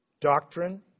doctrine